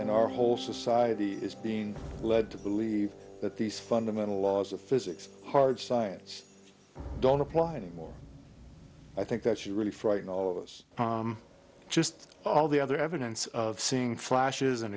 and our whole society is being led to believe that these fundamental laws of physics hard science don't apply anymore i think that she really frightened all of us just all the other evidence of seeing flashes and